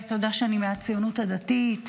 אתה יודע שאני מהציונות הדתית,